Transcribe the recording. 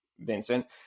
Vincent